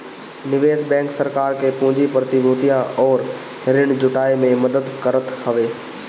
निवेश बैंक सरकार के पूंजी, प्रतिभूतियां अउरी ऋण जुटाए में मदद करत हवे